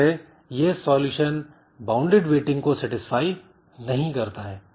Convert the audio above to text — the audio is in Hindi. इस तरह यह सॉल्यूशन बाउंडेड वेटिंग सेटिस्फाई नहीं करता है